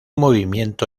movimiento